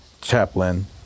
chaplain